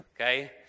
okay